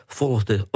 volgde